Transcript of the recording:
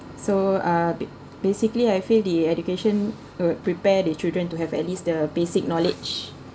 so uh basically I feel the education uh prepare the children to have at least the basic knowledge